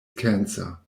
cancer